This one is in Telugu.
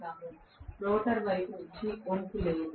రోటర్ వైపు నుండి వంపు లేదు